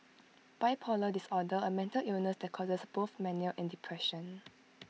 bipolar disorder A mental illness that causes both mania and depression